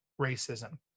racism